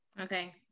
Okay